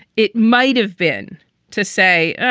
it might have been to say,